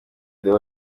deo